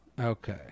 Okay